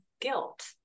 guilt